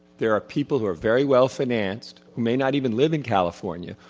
there are people who are very well-financed, may not even live in california,